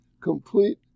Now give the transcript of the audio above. complete